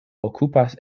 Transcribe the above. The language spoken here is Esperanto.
okupas